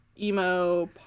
emo